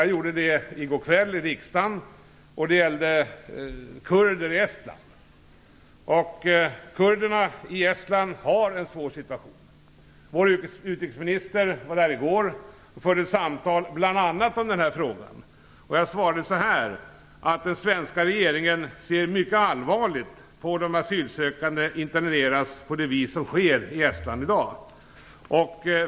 Här i riksdagen svarade jag i går kväll på en fråga som gällde kurder i Estland. Kurderna i Estland har en svår situation. Vår utrikesminister var där i går och förde samtal om bl.a. den frågan. Jag svarade i går att den svenska regeringen ser mycket allvarligt på att asylsökande interneras på det vis som sker i Estland i dag.